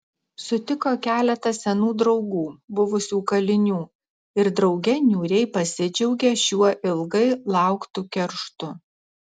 sutiko keletą senų draugų buvusių kalinių ir drauge niūriai pasidžiaugė šiuo ilgai lauktu kerštu